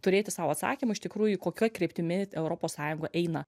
turėti sau atsakymą iš tikrųjų kokia kryptimi europos sąjunga eina